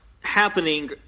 happening